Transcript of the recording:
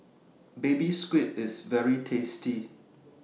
Baby Squid IS very tasty